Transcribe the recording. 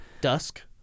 Dusk